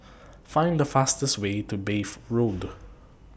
Find The fastest Way to Bath Road